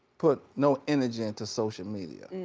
put no energy into social media.